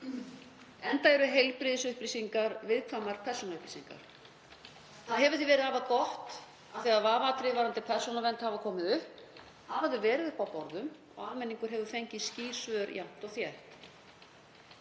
enda eru heilbrigðisupplýsingar viðkvæmar persónuupplýsingar. Það hefur því verið afar gott að þegar vafaatriði varðandi persónuvernd hafa komið upp hafa þau verið uppi á borðum og almenningur hefur fengið skýr svör jafnt og þétt.